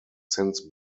since